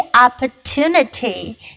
opportunity